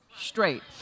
Straight